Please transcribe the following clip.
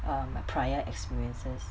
um my prior experiences